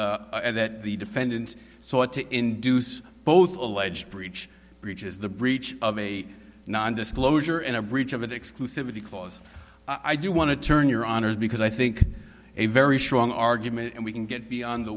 that the defendants sought to induce both alleged breach breaches the breach of a non disclosure and a breach of an exclusively clause i do want to turn your honour's because i think a very strong argument and we can get beyond the